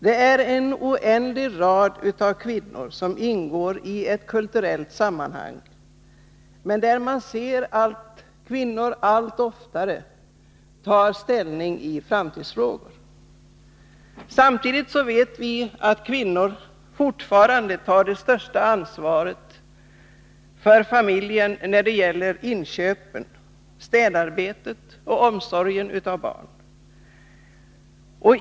Det är en oändlig rad kvinnor som ingår i ett kulturellt sammanhang. Man ser att kvinnor allt oftare tar ställning i framtidsfrågor. Samtidigt vet vi att kvinnor fortfarande tar det största ansvaret för familjen när det gäller inköpen, städarbetet och omsorgen om barnen.